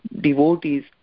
devotees